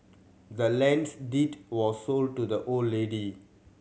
the land's deed was sold to the old lady